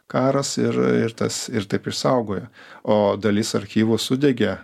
karas ir ir tas ir taip išsaugojo o dalis archyvo sudegė